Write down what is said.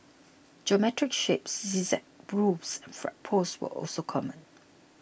geometric shapes zigzag roofs and flagpoles were also common